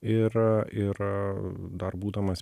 ir ir dar būdamas